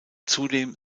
zudem